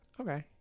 Okay